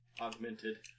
augmented